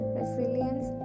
resilience